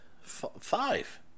five